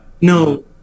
No